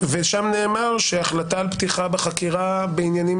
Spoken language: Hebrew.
ושם נאמר שהחלטה על פתיחה בחקירה בעניינים